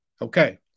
Okay